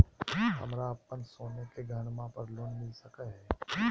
हमरा अप्पन सोने के गहनबा पर लोन मिल सको हइ?